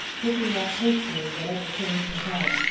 picking up hastily whatever came to hand,